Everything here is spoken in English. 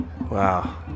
Wow